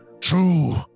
true